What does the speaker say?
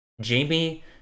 Jamie